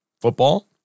Football